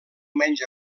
menys